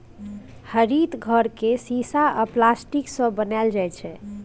हरित घर केँ शीशा आ प्लास्टिकसँ बनाएल जाइ छै